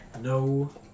No